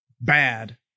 bad